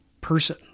person